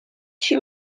she